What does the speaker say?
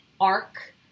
arc